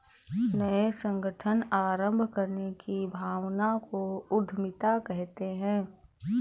नये संगठन आरम्भ करने की भावना को उद्यमिता कहते है